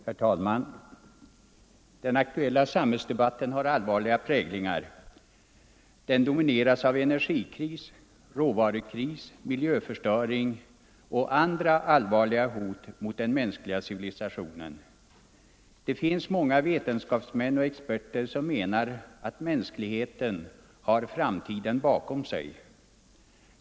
Herr talman! Den aktuella samhällsdebatten har allvarliga präglingar. Den domineras av energikris, råvarukris, miljöförstöring och andra allvarliga hot mot den mänskliga civilisationen. Det finns många veten skapsmän och experter som menar att mänskligheten har framtiden bakom sig.